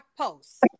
posts